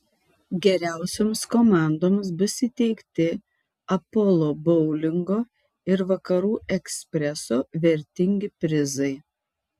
geriausioms komandoms bus įteikti apolo boulingo ir vakarų ekspreso vertingi prizai